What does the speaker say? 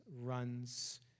runs